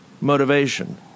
motivation